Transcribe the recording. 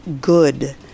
good